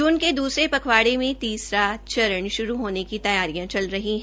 जून के दूसरे पखवाड़े में तीसरा चरण श्रू करने की तैयारियां चल रही हैं